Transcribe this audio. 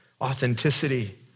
authenticity